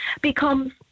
becomes